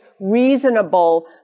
reasonable